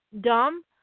dumb